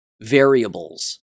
variables